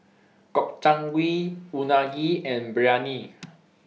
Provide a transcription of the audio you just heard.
Gobchang Gui Unagi and Biryani